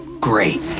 great